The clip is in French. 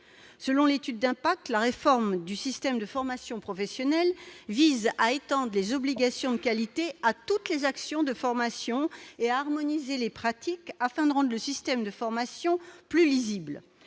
Selon l'étude d'impact, la réforme du système de formation professionnelle vise à étendre les obligations de qualité à toutes les actions de formation et à harmoniser les pratiques afin de rendre le système de formation plus lisible.